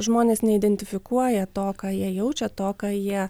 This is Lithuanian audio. žmonės neidentifikuoja to ką jie jaučia to ką jie